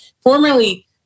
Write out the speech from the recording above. formerly